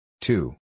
Two